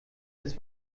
das